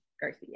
Garcia